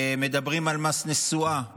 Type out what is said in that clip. מדברים על מס נסועה,